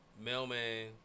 Mailman